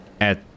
at-